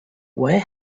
where